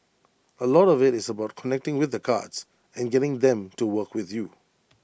A lot of IT is about connecting with the cards and getting them to work with you